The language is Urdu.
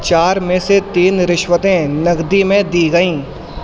چار میں سے تین رشوتیں نقدی میں دی گئیں